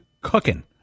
cooking